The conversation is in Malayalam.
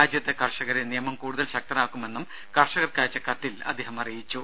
രാജ്യത്തെ കർഷകരെ നിയമം കൂടുതൽ ശക്തരാക്കുമെന്നും കർഷകർക്ക് അയച്ച കത്തിൽ അദ്ദേഹം അറിയിച്ചു